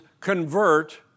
convert